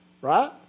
Right